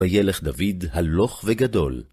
וילך דוד הלוך וגדול